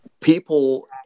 people